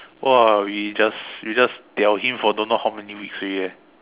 !wah! we just we just diao him for don't know how many weeks already eh